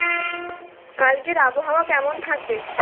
কালকের আবহাওয়া কেমন থাকবে